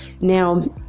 now